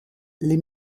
les